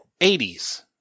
80s